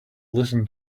listen